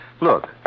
Look